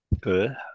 Good